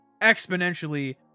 exponentially